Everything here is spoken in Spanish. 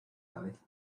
cabeza